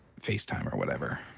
facetime or whatever.